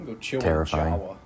terrifying